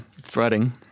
threading